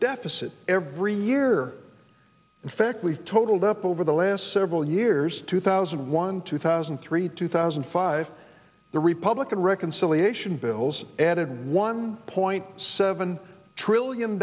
deficit every year in fact we totaled up over the last several years two thousand and one two thousand and three two thousand and five the republican reconciliation bills added one point seven trillion